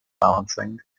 balancing